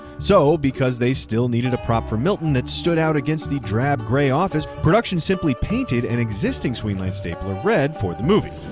so because they still needed a prop for milton that stood out against the drab gray office, production simply painted an existing swingline stapler red for the movie.